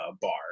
bar